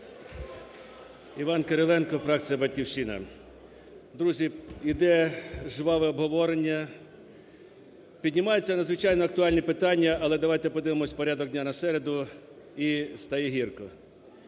І.Г. Кириленко, фракція "Батьківщина". Друзі, іде жваве обговорення, піднімаються надзвичайно актуальні питання, але давайте подивимось порядок дня на середу і стає гірко.